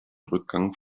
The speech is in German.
rückgang